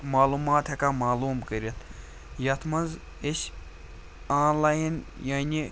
معلوٗمات ہٮ۪کان معلوٗم کٔرِتھ یَتھ منٛز أسۍ آن لایِن یعنی